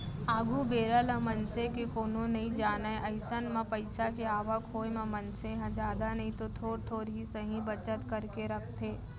आघु बेरा ल मनसे के कोनो नइ जानय अइसन म पइसा के आवक होय म मनसे ह जादा नइतो थोर थोर ही सही बचत करके रखथे